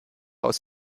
aus